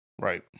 Right